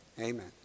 amen